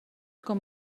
com